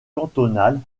cantonales